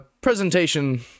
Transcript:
presentation